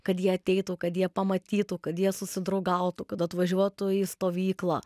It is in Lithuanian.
kad jie ateitų kad jie pamatytų kad jie susidraugautų kad atvažiuotų į stovyklą